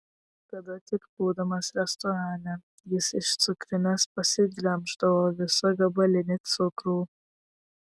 kada tik būdamas restorane jis iš cukrinės pasiglemždavo visą gabalinį cukrų